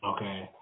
Okay